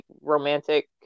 romantic